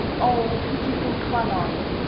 oh, pitiful kwannon!